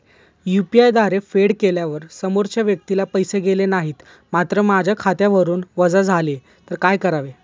UPI द्वारे फेड केल्यावर समोरच्या व्यक्तीला पैसे गेले नाहीत मात्र माझ्या खात्यावरून वजा झाले तर काय करावे?